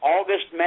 August